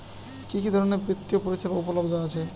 কি কি ধরনের বৃত্তিয় পরিসেবা উপলব্ধ আছে?